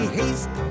haste